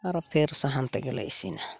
ᱟᱨᱚ ᱯᱷᱮᱨ ᱥᱟᱦᱟᱱ ᱛᱮᱜᱮᱞᱮ ᱤᱥᱤᱱᱟ